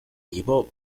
llevó